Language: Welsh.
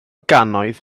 gannoedd